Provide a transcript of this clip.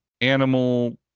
animal